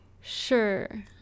Sure